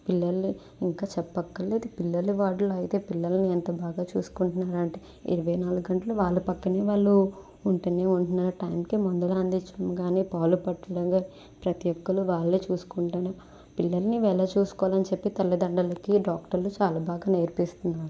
పిల్లలు ఇంక చెప్పక్కర్లేదు పిల్లల వార్డులో అయితే పిల్లల్ని ఎంత బాగా చూసుకుంట్నారు అంటే ఇరవైనాలుగు గంటలు వాళ్ళ పక్కనే వాళ్ళు ఉంటూనే ఉంటున్నారు టైంకి మందులు అందించడం కానీ పాలు పట్టడం కానీ ప్రతీ ఒక్కరు వాళ్ళే చూసుకుంటానే పిల్లల్ని ఎలా చూసుకోవాలి అని చెప్పి తల్లిదండ్రులకి డాక్టర్లు చాలా బాగా నేర్పిస్తున్నారు